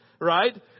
Right